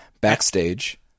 backstage